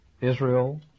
Israel